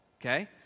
Okay